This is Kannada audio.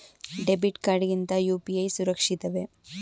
ಡೆಬಿಟ್ ಕಾರ್ಡ್ ಗಿಂತ ಯು.ಪಿ.ಐ ಸುರಕ್ಷಿತವೇ?